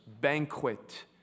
banquet